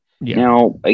Now